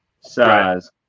size